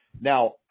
Now